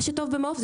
מה שטוב במעוף,